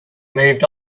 moved